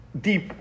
deep